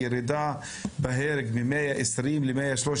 ירידה בהרג מ-120 ל-113,